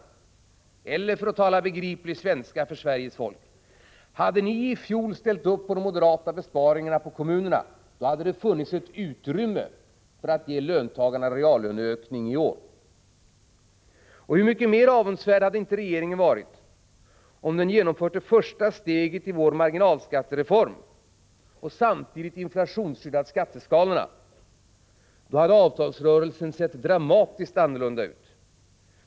Jag kan också, för att tala begriplig svenska för Sveriges folk, uttrycka det på följande sätt: Hade ni i fjol ställt er bakom de moderata besparingar som gällde kommunerna, hade det i år funnits utrymme för att ge löntagarna en reallöneökning. Hur mycket mer avundsvärd hade inte regeringen varit i dag om den hade genomfört det första steget i vår marginalskattereform och samtidigt inflationsskyddat skatteskalorna. Då hade avtalsrörelsen sett dramatiskt annorlunda ut.